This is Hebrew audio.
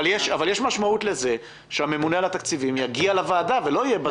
אבל יש משמעות לכך שהממונה על התקציבים יגיע לוועדה ולא יהיה רק בזום,